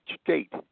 state